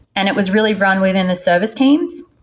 and it was really run within the service teams.